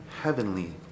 heavenly